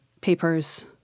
papers